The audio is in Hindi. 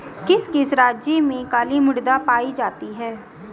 किस किस राज्य में काली मृदा पाई जाती है?